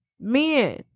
men